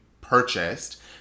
purchased